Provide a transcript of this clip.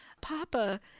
Papa